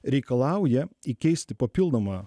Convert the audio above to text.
reikalauja įkeisti papildomą